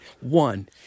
One